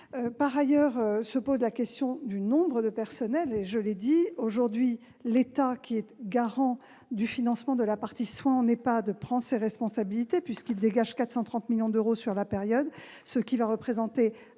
par ailleurs, la question du nombre de personnels. Je l'ai dit, l'État, qui est garant du financement de la partie soins en EHPAD, prend ses responsabilités, puisqu'il dégage 430 millions d'euros sur la période, ce qui représentera